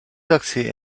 accès